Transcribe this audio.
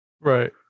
Right